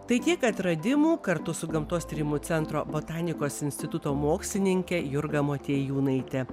tai tiek atradimų kartu su gamtos tyrimų centro botanikos instituto mokslininke jurga motiejūnaite